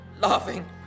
laughing